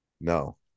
No